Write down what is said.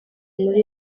muri